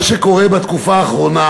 מה שקורה בתקופה האחרונה,